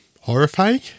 horrifying